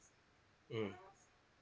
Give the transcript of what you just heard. mm